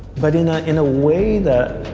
but in ah in a way that